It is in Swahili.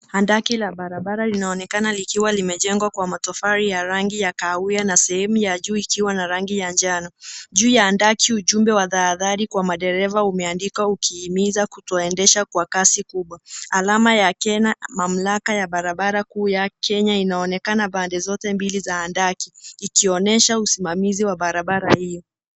Handaki la barabara linaonekana likiwa limejenwa kwa matofali ya rangi ya kahawia nasehemu ya juu ikiwa na rangi ya njano. Juu ya handaki ujumbe wa tahadhari kwa madereva umeandikwa ,ukihimiza kutoendesha kwa kasi kubwa. Alama ya KENHA mamlaka ya barabara kuu ya kenya, inaonekana pande zote mbili za handaki, ikionyesha usmamizi wa barabara hii.